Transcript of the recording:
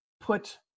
put